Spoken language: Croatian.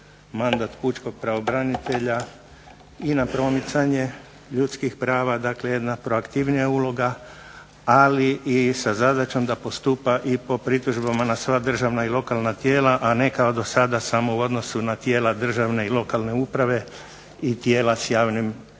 mandat pučkog pravobranitelja i na promicanje ljudskih prava, dakle jedna proaktivnija uloga, ali i sa zadaćom da postupa i po pritužbama na sva državna i lokalna tijela, a ne kao do sada samo u odnosu na tijela državne i lokalne uprave i tijela s javnim